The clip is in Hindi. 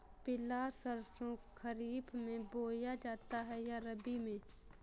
पिला सरसो खरीफ में बोया जाता है या रबी में?